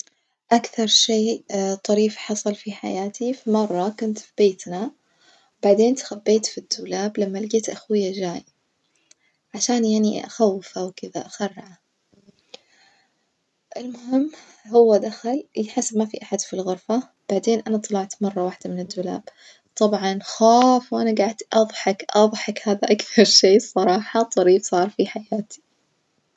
أكثر شي طريف حصل في حياتي في مرة كنت في بيتنا وبعدين إتخبيت في الدولاب لما لجيت أخويا جاي، عشان يعني أخوفه ووكدة أخرعه، المهم هو دخل يحس ما في أحد في الغرفة بعدين أنا طلعت مرة واحدة من الدولاب، طبعًا خااف وأنا جعدت أظحك أظحك هذا أكثر شي الصراحة طريف صار في حياتي.